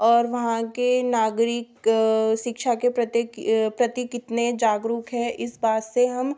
और वहाँ के नागरिक शिक्षा के प्रतेक प्रति कितने जागरुक है इस बात से हम